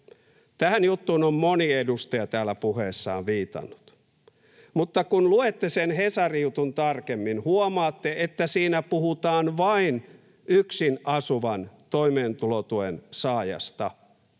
Tähän juttuun on moni edustaja täällä puheessaan viitannut, mutta kun luette sen Hesarin jutun tarkemmin, huomaatte, että siinä puhutaan vain yksinasuvasta toimeentulotuen saajasta ja verrataan